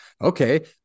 okay